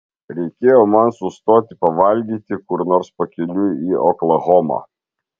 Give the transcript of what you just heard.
reikėjo man sustoti pavalgyti kur nors pakeliui į oklahomą